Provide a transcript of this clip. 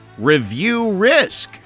ReviewRisk